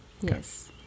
Yes